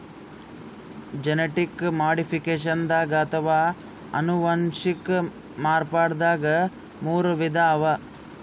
genetic ಮಾಡಿಫಿಕೇಷನ್ದಾಗ್ ಅಥವಾ ಅನುವಂಶಿಕ್ ಮಾರ್ಪಡ್ದಾಗ್ ಮೂರ್ ವಿಧ ಅವಾ